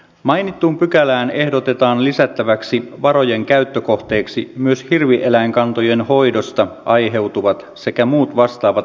mainittuun pykälään ehdotetaan lisättäväksi varojen käyttökohteeksi myös hirvieläinkantojen hoidosta aiheutuvat sekä muut vastaavat menot